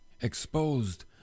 exposed